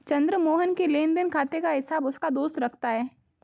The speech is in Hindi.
चंद्र मोहन के लेनदेन खाते का हिसाब उसका दोस्त रखता है